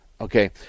Okay